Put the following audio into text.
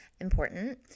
important